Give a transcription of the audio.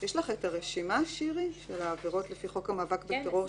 גם נגזרו חלק מהתקופות הקצרות של ההתיישנות.